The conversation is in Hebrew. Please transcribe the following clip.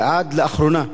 עד לאחרונה,